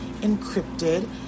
encrypted